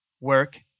work